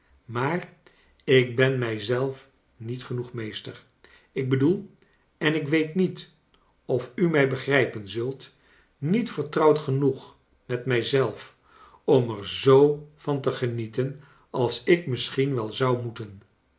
maar ik ben mij zelf niet genoeg meester ik bedoel en ik weet niet of u mij begrrjpen zult niet vertrouwd genoeg met mij zelf om er zoo van te gegenieten als ik misschien wel zou moeten